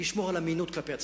לשמור על אמינות כלפי הציבור.